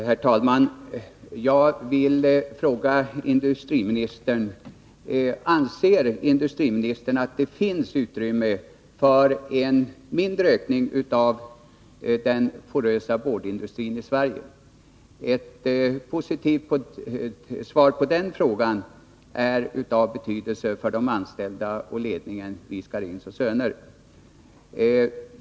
Herr talman! Jag vill fråga industriministern: Anser industriministern att det finns utrymme för en mindre ökning av tillverkningen av porös board i Sverige? Ett positivt svar på den frågan är av betydelse för de anställda och ledningen vid Scharins Söner.